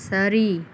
சரி